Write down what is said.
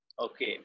Okay